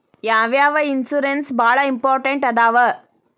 ಯಾವ್ಯಾವ ಇನ್ಶೂರೆನ್ಸ್ ಬಾಳ ಇಂಪಾರ್ಟೆಂಟ್ ಅದಾವ?